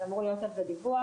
אמור להיות על זה דיווח.